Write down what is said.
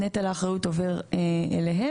נטל האחריות עובר אליהם.